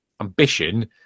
ambition